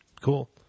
Cool